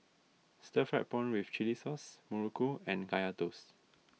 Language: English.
Stir Fried Pawn with Chili Sauce Muruku and Kaya Toast